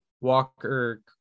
Walker